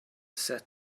sat